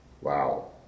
Wow